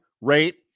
rate